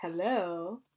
Hello